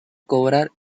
cobrar